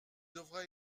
devra